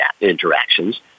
interactions